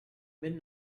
ben